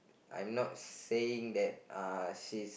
I'm not saying that uh she's